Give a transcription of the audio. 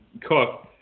Cook